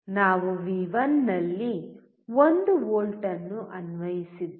ನಾವು ವಿ1 ನಲ್ಲಿ 1 ವೋಲ್ಟ್ ಅನ್ನು ಅನ್ವಯಿಸಿದ್ದೇವೆ